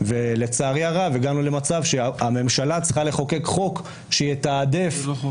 ולצערי הרב הגענו למצב שהממשלה צריכה לחוקק חוק שיתעדף -- זה לא חוק.